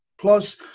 plus